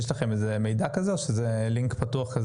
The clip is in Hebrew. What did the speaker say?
יש לכם איזה מידע כזה או שזה לינק פתוח?